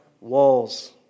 walls